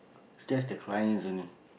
just the clients only